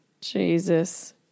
Jesus